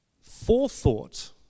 forethought